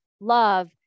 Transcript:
love